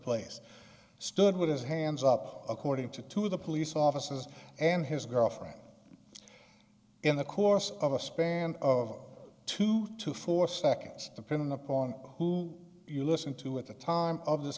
place stood with his hands up according to two of the police officers and his girlfriend in the course of a span of two to four seconds depending upon who you listen to at the time of this